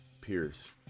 Pierce